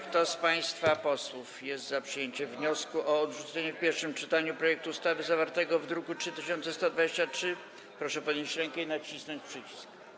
Kto z państwa posłów jest za przyjęciem wniosku o odrzucenie w pierwszym czytaniu projektu ustawy zawartego w druku nr 3123, proszę podnieść rękę i nacisnąć przycisk.